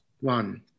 One